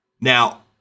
Now